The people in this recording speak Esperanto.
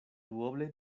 duoble